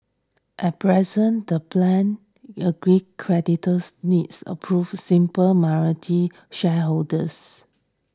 at present the plan agreed creditors needs approval simple majority shareholders